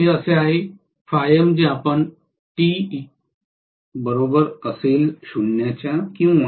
हे असे आहे जे आपण t0 किंवा